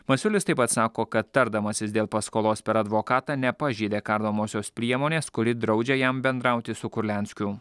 masiulis taip pat sako kad tardamasis dėl paskolos per advokatą nepažeidė kardomosios priemonės kuri draudžia jam bendrauti su kurlianskiu